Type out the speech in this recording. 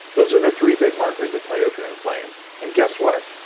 those are the three big markers that tell you if you're inflamed. and guess what?